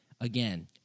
again